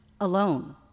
alone